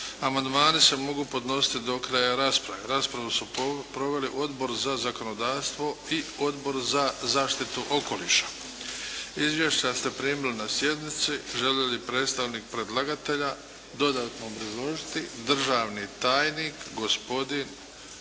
Amandmani se mogu podnositi do kraja rasprave. Raspravu su proveli Odbor za zakonodavstvo i Odbor za zaštitu okoliša. Izvješća ste primili na sjednici. Želi li predstavnik predlagatelja dodatno obrazložiti? Državni tajnik gospodin